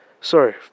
Sorry